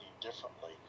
differently